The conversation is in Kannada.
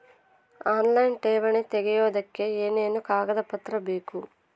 ಆನ್ಲೈನ್ ಠೇವಣಿ ತೆಗಿಯೋದಕ್ಕೆ ಏನೇನು ಕಾಗದಪತ್ರ ಬೇಕು?